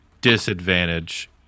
Disadvantage